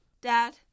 Dad